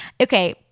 Okay